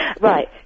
Right